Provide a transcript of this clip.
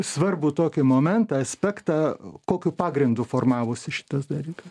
svarbų tokį momentą aspektą kokiu pagrindu formavosi šitas dalykas